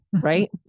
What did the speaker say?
Right